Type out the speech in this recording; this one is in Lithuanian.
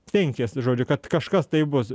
tvenkiasi žodžiu kad kažkas tai bus